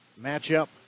matchup